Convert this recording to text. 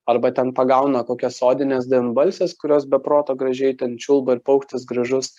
arba ten pagauna kokias sodines devynbalses kurios be proto gražiai ten čiulba ir paukštis gražus